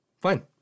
Fine